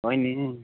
ਕੋਈ ਨੀ ਜੀ